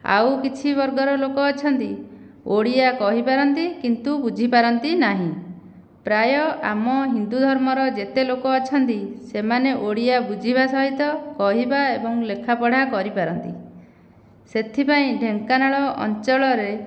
ଆଉ କିଛି ବର୍ଗର ଲୋକ ଅଛନ୍ତି ଓଡ଼ିଆ କହିପାରନ୍ତି କିନ୍ତୁ ବୁଝିପାରନ୍ତି ନାହିଁ ପ୍ରାୟ ଆମ ହିନ୍ଦୁ ଧର୍ମର ଯେତେ ଲୋକ ଅଛନ୍ତି ସେମାନେ ଓଡ଼ିଆ ବୁଝିବା ସହିତ କହିବା ଏବଂ ଲେଖାପଢ଼ା କରିପାରନ୍ତି ସେଥିପାଇଁ ଢେଙ୍କାନାଳ ଅଞ୍ଚଳରେ